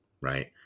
right